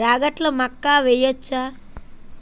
రాగట్ల మక్కా వెయ్యచ్చా?